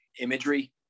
imagery